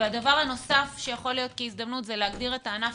הדבר הנוסף שיכול להיות כהזדמנות זה להגדיר את הענף